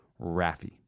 Rafi